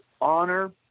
honor